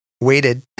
waited